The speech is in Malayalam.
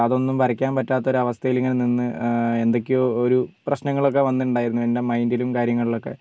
അതൊന്നും വരയ്ക്കാന് പറ്റാത്ത ഒരു അവസ്ഥയില് ഇങ്ങനെ നിന്ന് എന്തൊക്കെയോ ഒരു പ്രശ്നങ്ങളൊക്കെ വന്നിട്ടുണ്ടായിരുന്നു എന്റെ മൈന്ഡിലും കാര്യങ്ങളിലൊക്കെ